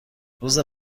روز